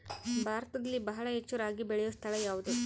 ಭಾರತದಲ್ಲಿ ಬಹಳ ಹೆಚ್ಚು ರಾಗಿ ಬೆಳೆಯೋ ಸ್ಥಳ ಯಾವುದು?